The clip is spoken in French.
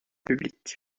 publics